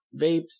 vapes